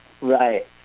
Right